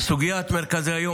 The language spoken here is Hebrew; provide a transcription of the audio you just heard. סוגיית מרכזי היום,